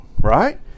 right